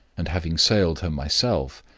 and having sailed her myself.